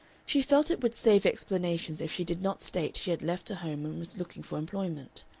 she felt it would save explanations if she did not state she had left her home and was looking for employment.